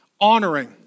Honoring